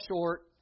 short